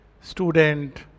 student